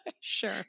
Sure